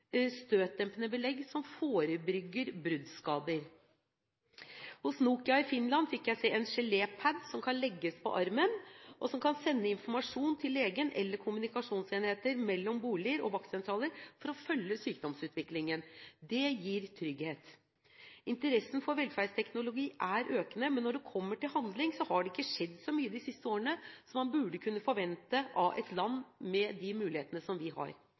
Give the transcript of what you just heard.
støtdempende belegg som forebygger bruddskader. Hos Nokia i Finland fikk jeg se en gelepad som kan legges på armen, og som kan sende informasjon til lege eller til kommunikasjonsenheter mellom bolig og vaktsentraler for å følge sykdomsutviklingen. Det gir trygghet. Interessen for velferdsteknologi er økende, men når det kommer til handling, har det ikke skjedd så mye de siste årene som man burde kunne forvente av et land med de mulighetene vi har.